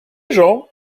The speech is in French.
gens